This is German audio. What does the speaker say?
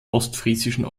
ostfriesischen